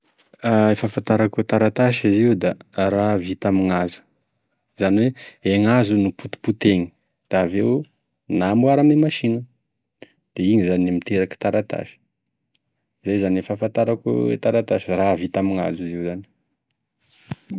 E fahafantarako e taratasy izy io da raha vita amign'hazo, izany hoe gn'hazo no potipotegny da avy eo namboary ame masinina, da igny e miteraky taratasy, izay zany e fahafantarako e taratasy, raha vita amy gn'hazo izy io zany.